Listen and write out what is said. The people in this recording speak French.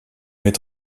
met